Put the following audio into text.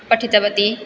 पठितवती